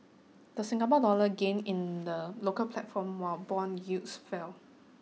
the Singapore dollar gained in the local platform while bond yields fell